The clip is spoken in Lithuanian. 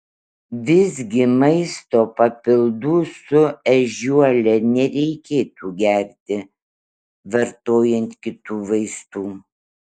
visgi maisto papildų su ežiuole nereikėtų gerti vartojant kitų vaistų